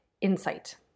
insight